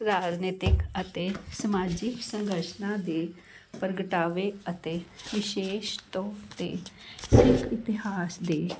ਰਾਜਨੀਤਿਕ ਅਤੇ ਸਮਾਜਿਕ ਸੰਘਰਸ਼ਾਂ ਦੇ ਪ੍ਰਗਟਾਵੇ ਅਤੇ ਵਿਸ਼ੇਸ਼ ਤੌਰ 'ਤੇ ਸਿੱਖ ਇਤਿਹਾਸ ਦੇ